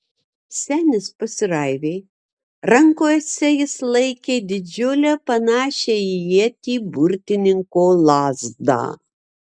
senis pasiraivė rankose jis laikė didžiulę panašią į ietį burtininko lazdą